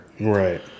right